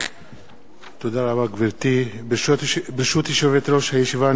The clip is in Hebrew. ברשות יושבת-ראש הישיבה,